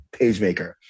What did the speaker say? PageMaker